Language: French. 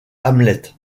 hamlet